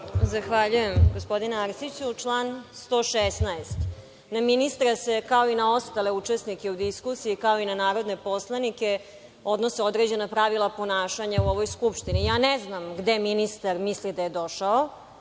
Zahvaljujem gospodine Arsiću. Član 116. Na ministra se kao i na ostale učesnike u diskusiji, kao i na narodne poslanike odnose određena pravila ponašanja u ovoj Skupštini. Ne znam gde je ministar mislio da je došao,